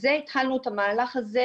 אנחנו התחלנו את המהלך הזה,